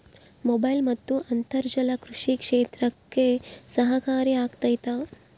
Mobile ಮತ್ತು ಅಂತರ್ಜಾಲ ಕೃಷಿ ಕ್ಷೇತ್ರಕ್ಕೆ ಸಹಕಾರಿ ಆಗ್ತೈತಾ?